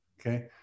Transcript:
Okay